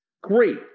Great